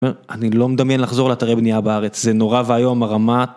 אני לא מדמיין לחזור לאתרי בנייה בארץ, זה נורא ואיום, הרמה...